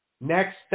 Next